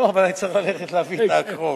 לא, אבל אני צריך להביא את ההקראות.